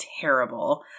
terrible